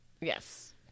Yes